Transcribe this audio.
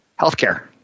Healthcare